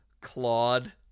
Claude